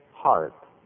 heart